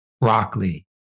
Broccoli